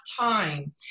time